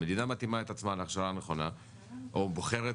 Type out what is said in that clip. המדינה מתאימה את עצמה להכשרה נכונה או בוחרת